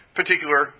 particular